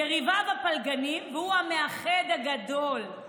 יריביו פלגנים, והוא המאחד הגדול.